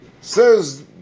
says